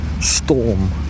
storm